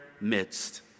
midst